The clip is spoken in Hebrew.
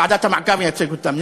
ועדת המעקב מייצגת אותם,